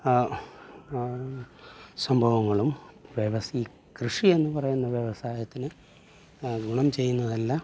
സംഭവങ്ങളും കൃഷി എന്നു പറയുന്ന വ്യവസായത്തിന് ഗുണം ചെയ്യുന്നതല്ല